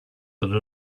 that